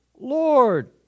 Lord